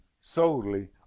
solely